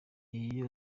iyo